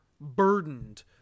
burdened